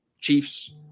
Chiefs